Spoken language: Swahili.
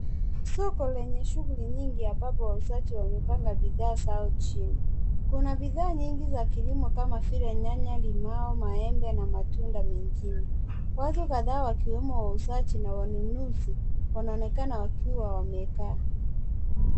Soko lenye shughuli nyingi ambapo wauzaji wamepanga bidhaa zao chini, kuna bidhaa nyingi za kilimo kama vile nyanya ,limau ,maembe na matunda mengine, watu kadhaa wakiwemo wauzaji na wanunuzi wanaonekana wakiwa wamekaa.